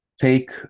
Take